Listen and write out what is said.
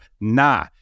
Nah